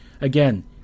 Again